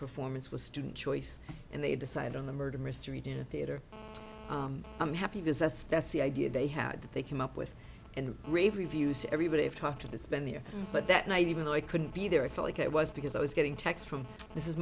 performance was student choice and they decided on the murder mystery did theater i'm happy because that's that's the idea they had that they came up with and rave reviews everybody i've talked to this been there but that night even though it couldn't be there i feel like it was because i was getting texts from this is